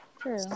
True